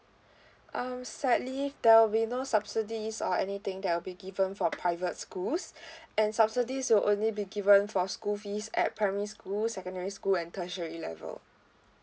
um sadly there'll be no subsidies or anything that will be given for private schools and subsidies will only be given for school fees at primary school secondary school and tertiary level